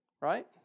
Right